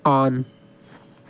on